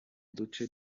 duce